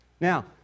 Now